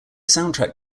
soundtrack